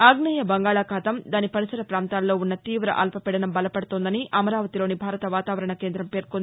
ఆగ్నేయ బంగాళాఖాతం దాని పరిసర ప్రాంతాల్లో ఉన్న తీవ అల్పవీదనం బలపదుతోందని అమరావతిలోని భారత వాతావరణ కేంద్రం పేర్కొంది